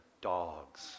dogs